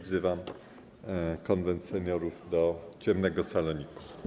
Wzywam Konwent Seniorów do ciemnego saloniku.